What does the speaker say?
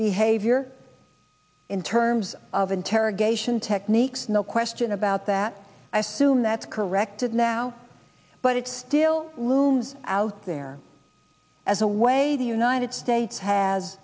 behavior in terms of interrogation techniques no question about that i soon that's corrected now but it still looms out there as a way the united states has